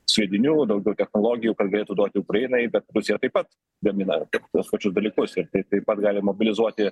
sviedinių daugiau technologijų kad galėtų duoti ukrainai bet rusija taip pat gamina tuos pačius dalykus ir tai taip pat gali mobilizuoti